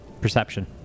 Perception